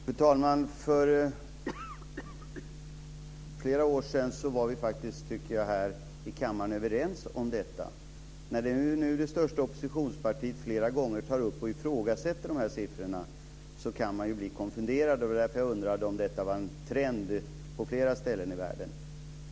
Fru talman! För flera år sedan var vi här i kammaren överens om detta. När nu det största oppositionspartiet flera gånger tar upp och ifrågasätter de här siffrorna kan man bli konfunderad. Därför undrade jag om detta var en trend på flera ställen i världen.